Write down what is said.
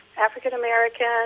African-American